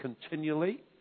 continually